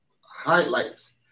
highlights